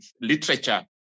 literature